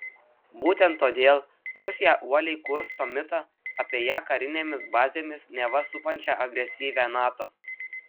būtent todėl rusija uoliai kursto mitą apie ją karinėmis bazėmis neva supančią agresyvią nato